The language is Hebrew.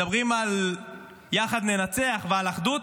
מדברים על "יחד ננצח" ועל אחדות,